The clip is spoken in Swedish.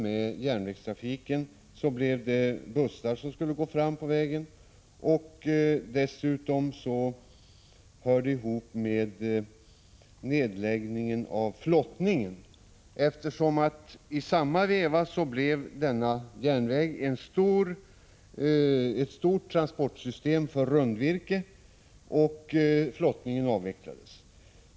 När järnvägstrafiken upphörde blev det busstrafik på vägen. Även nedläggningen av flottningen finns med i bilden. Vägen blev en stor transportväg för rundvirke efter det att flottningen avvecklats.